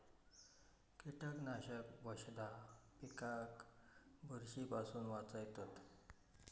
कीटकनाशक वशधा पिकाक बुरशी पासून वाचयतत